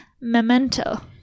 Memento